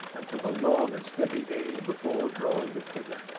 and took a long and steady aim before drawing the trigger.